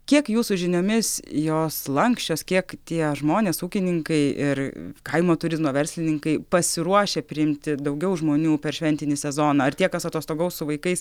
kiek jūsų žiniomis jos lanksčios kiek tie žmonės ūkininkai ir kaimo turizno verslininkai pasiruošę priimti daugiau žmonių per šventinį sezoną ar tie kas atostogaus su vaikais